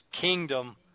kingdom